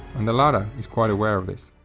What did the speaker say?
and the latter is quite aware of this.